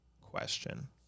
question